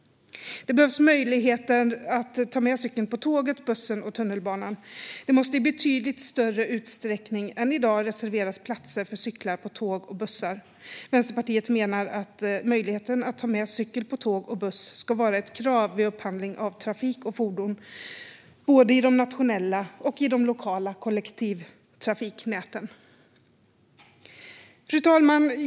Det behöver finnas möjlighet att ta med cykeln på tåget, bussen och tunnelbanan. Det måste i betydligt större utsträckning än i dag reserveras platser för cyklar på tåg och bussar. Vänsterpartiet menar att möjligheten att ta med cykel på tåg och buss ska vara ett krav vid upphandling av trafik och fordon, både i de nationella och i de lokala kollektivtrafiknäten. Fru talman!